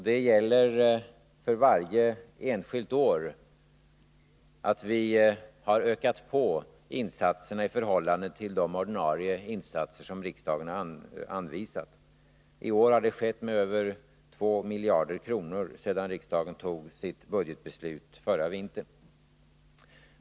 Det gäller för varje enskilt år att vi har ökat på insatserna i förhållande till de ordinarie insatser som riksdagen anvisat. I år har det skett med över 2 miljarder kronor sedan riksdagen tog sitt budgetbeslut förra vintern.